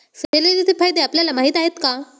सेलेरीचे फायदे आपल्याला माहीत आहेत का?